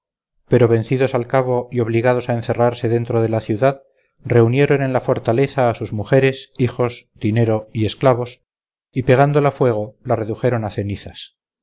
pero vencidos al cabo y obligados a encerrarse dentro de la ciudad reunieron en la fortaleza a sus mujeres hijos dinero y esclavos y pegándola fuego la redujeron a cenizas